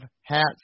hats